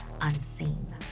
unseen